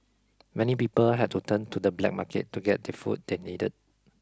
many people had to turn to the black market to get the food they needed